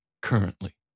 currently